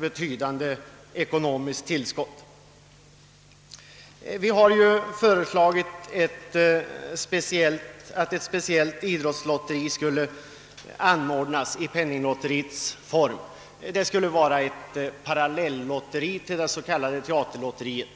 betydande ekonomiskt tillskott. Vi har föreslagit att ett speciellt idrottslotteri skulle anordnas i Svenska penninglotteriets regi. Det skulle vara ett parallellotteri till det s.k. teaterlotteriet.